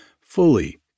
fully